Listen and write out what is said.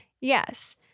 yes